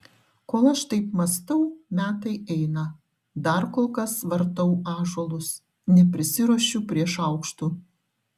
kol aš taip mąstau metai eina dar kol kas vartau ąžuolus neprisiruošiu prie šaukštų